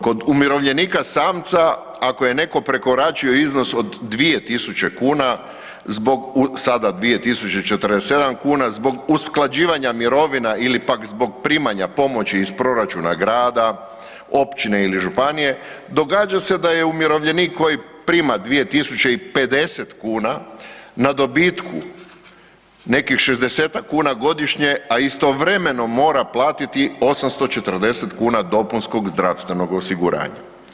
Kod umirovljenika samca ako je netko prekoračio iznos od 2000 kuna zbog sada 2047 kuna zbog usklađivanja mirovina ili pak zbog primanja pomoći iz proračuna grada, općine ili županije događa se da je umirovljenik koji prima 2050 kuna na dobitku nekih 60-tak kuna godišnje, a istovremeno mora platiti 840 kuna dopunskog zdravstvenog osiguranja.